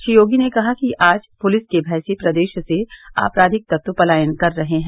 श्री योगी ने कहा कि आज पुलिस के भय से प्रदेश से आपराधिक तत्व पलायन कर रहे हैं